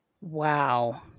Wow